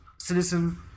Citizen